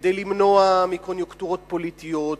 כדי למנוע מקוניונקטורות פוליטיות,